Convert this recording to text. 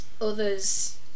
others